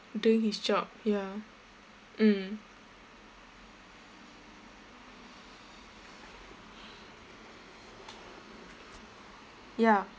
doing his job ya mm ya